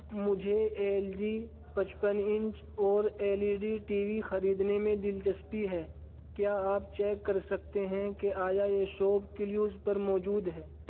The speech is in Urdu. مجھے ایل جی پچپن انچ اور L E D T V خریدنے میں دلچسپی ہے کیا آپ چیک کر سکتے ہیں کہ آیا یہ شاپ کلیوز پر موجود ہے